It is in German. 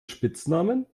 spitznamen